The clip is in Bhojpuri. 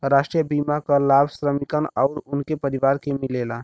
राष्ट्रीय बीमा क लाभ श्रमिकन आउर उनके परिवार के मिलेला